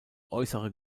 äußere